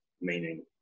meaning